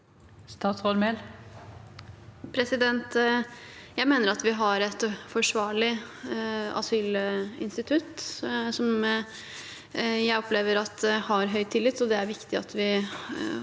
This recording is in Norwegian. Statsråd Emilie Mehl Jeg mener at vi har et forsvarlig asylinstitutt som jeg opplever har høy tillit, og det er viktig at vi